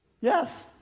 yes